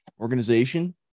organization